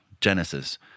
Genesis